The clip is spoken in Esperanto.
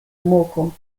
moko